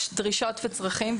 יש דרישות וצרכים,